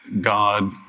God